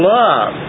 love